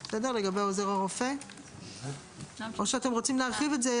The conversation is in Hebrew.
שם עוזר הרופא שקיבל את ההרשאה האישית,